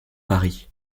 paris